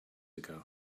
ago